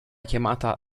chiamata